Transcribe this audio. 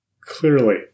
Clearly